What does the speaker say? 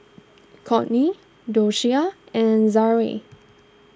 Cortney Doshia and Zaire